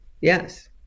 yes